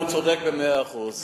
והוא צודק במאה אחוז.